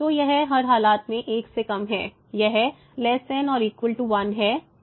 तो यह हर हालात में 1 से कम है यह ≤1 है